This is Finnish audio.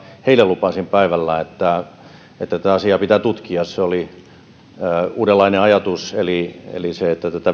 heille lupasin päivällä että tätä asiaa pitää tutkia se oli uudenlainen ajatus että